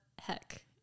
heck